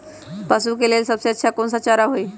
पशु के लेल सबसे अच्छा कौन सा चारा होई?